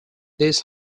this